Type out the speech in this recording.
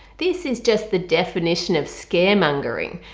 this is just the definition of scaremongering!